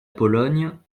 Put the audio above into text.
pologne